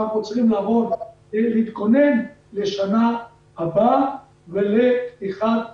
אנחנו צריכים להתכונן לשנה הבאה ולפתיחה הדרגתית.